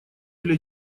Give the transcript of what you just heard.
для